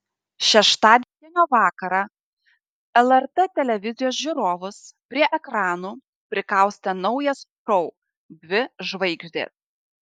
šeštadienio vakarą lrt televizijos žiūrovus prie ekranų prikaustė naujas šou dvi žvaigždės